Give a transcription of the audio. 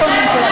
אני בגיל צעיר